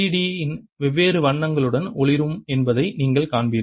D வெவ்வேறு வண்ணங்களுடன் ஒளிரும் என்பதை நீங்கள் காண்பீர்கள்